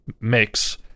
mix